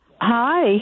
Hi